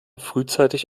frühzeitig